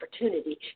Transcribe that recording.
opportunity